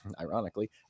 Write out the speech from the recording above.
ironically